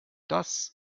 das